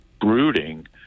brooding